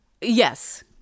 Yes